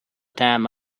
time